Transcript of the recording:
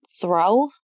throw